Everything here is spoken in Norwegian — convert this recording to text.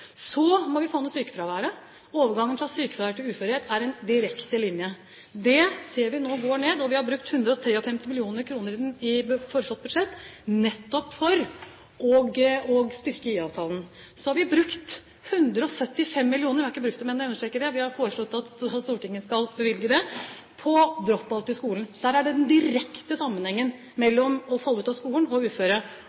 Så må vi få ned sykefraværet, for overgangen fra sykefravær til uførhet er en direkte linje. Det ser vi nå går ned. Vi har satt av 153 mill. kr i foreslått budsjett nettopp for å styrke IA-avtalen. Så har vi foreslått at Stortinget skal bevilge 175 mill. kr på drop-out i skolen, for det er en direkte sammenheng mellom det å falle ut av skolen og det